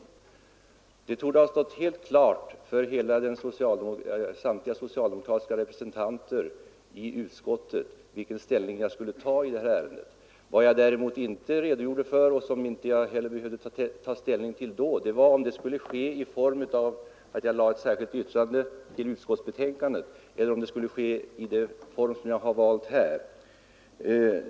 Men det torde ha stått helt klart för samtliga socialdemokratiska representanter i utskottet vilken ställning jag skulle komma att inta i detta ärende, oavsett om det skulle ske i form av ett särskilt yttrande till utskottets betänkande eller om det skulle få den form som jag här har valt.